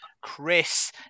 Chris